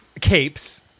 Capes